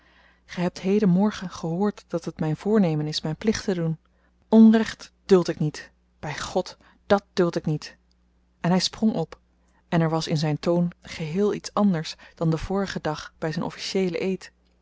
ge hebt heden morgen gehoord dat het myn voornemen is myn plicht te doen onrecht duld ik niet by god dat duld ik niet en hy sprong op en er was in zyn toon geheel iets anders dan den vorigen dag by zyn officieelen eed